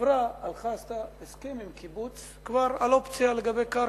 החברה הלכה ועשתה כבר הסכם עם קיבוץ על אופציה לגבי קרקע.